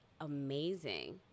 amazing